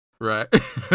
Right